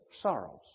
sorrows